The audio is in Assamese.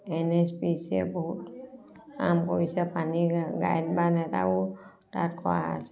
এন এইচ পি চিয়ে বহুত কাম কৰিছে পানীৰ গাইড বান এটাও তাত কৰা আছে